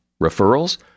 Referrals